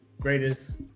Greatest